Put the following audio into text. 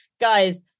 Guys